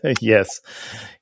Yes